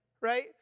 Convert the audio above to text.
right